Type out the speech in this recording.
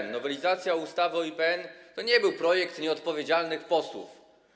Nowelizacja ustawy o IPN to nie był projekt nieodpowiedzialnych posłów.